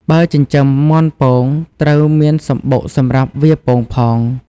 បើចិញ្ចឹមមាន់ពង ត្រូវមានសំបុកសម្រាប់វាពងផង។